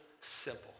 simple